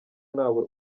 ntawe